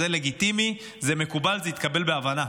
זה לגיטימי, זה מקובל, זה יתקבל בהבנה.